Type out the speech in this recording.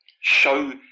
show